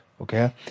okay